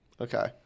Okay